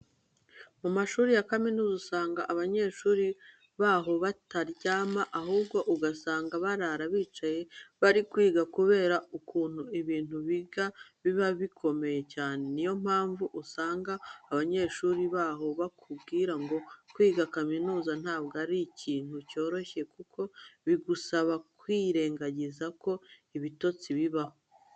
Mu mashuri ya kaminuza usanga abanyeshuri baho bataryama, ahubwo ugasanga barara bicaye bari kwiga kubera ukuntu ibintu biga biba bikomeye cyane. Niyo mpamvu uzasanga abanyeshuri baho bakubwira ngo kwiga kaminuza ntabwo ari ikintu cyoroshye kuko bigusaba kwirengiza ko ibitotsi bibaho.